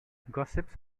gossips